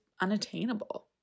unattainable